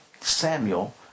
Samuel